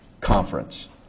conference